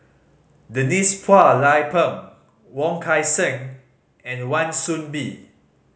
Denise Phua Lay Peng Wong Kan Seng and Wan Soon Bee